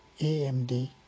AMD